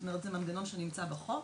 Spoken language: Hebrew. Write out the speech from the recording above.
זאת אומרת, זה מנגנון שנמצא בחוק